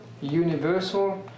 universal